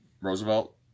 Roosevelt